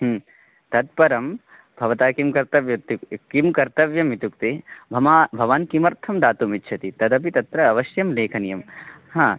ततः परं भवता किं कर्तव्यं किं कर्तव्यम् इत्युक्ते मम भवान् किमर्थं दातुं इच्छति तदपि तत्र अवश्यं लेखनीयं